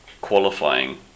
qualifying